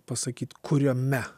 pasakyt kuriame